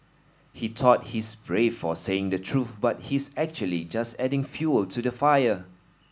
he thought he's brave for saying the truth but he's actually just adding fuel to the fire